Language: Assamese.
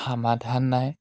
সমাধান নাই